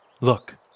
Look